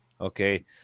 Okay